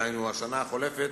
דהיינו השנה החולפת,